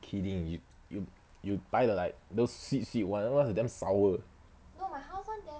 kidding you you you buy the like those sweet sweet [one] or else damn sour